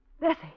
Bessie